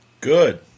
Good